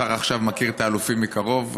השר עכשיו מכיר את האלופים מקרוב,